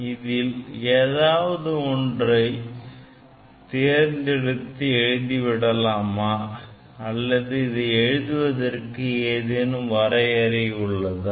இதில் ஏதாவது ஒன்றை தேர்ந்தெடுத்து எழுதி விடலாமா அல்லது இதை எழுதுவதற்கு ஏதேனும் வரையறை உள்ளதா